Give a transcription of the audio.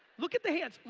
look at the hands.